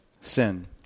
sin